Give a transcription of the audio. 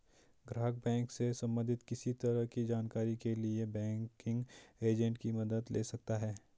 ग्राहक बैंक से सबंधित किसी तरह की जानकारी के लिए बैंकिंग एजेंट की मदद ले सकता है